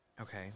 Okay